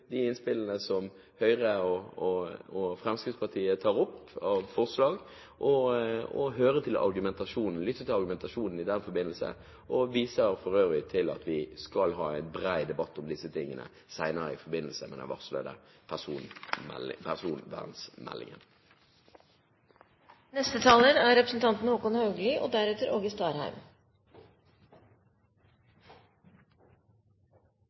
de innspillene som Høyre og Fremskrittspartiet tar opp i forslagene, lytte til argumentasjonen i den forbindelse, og viser for øvrig til at vi skal ha en bred debatt om dette senere i forbindelse med